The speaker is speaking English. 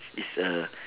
is a